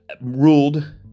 ruled